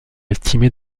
estimer